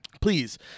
please